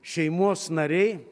šeimos nariai